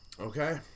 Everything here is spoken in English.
Okay